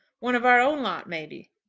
one of our own lot, maybe!